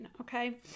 okay